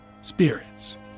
spirits